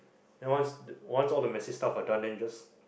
then once once all the messy stuff are done then you just